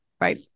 right